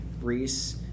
Reese